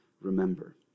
Remember